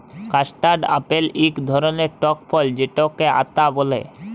custard apple ইক ধরলের টক ফল যেটকে আতা ব্যলে